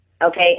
Okay